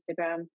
instagram